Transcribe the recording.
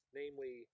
namely